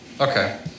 okay